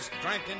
Drinking